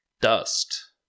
dust